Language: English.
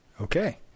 Okay